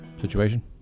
Situation